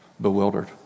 bewildered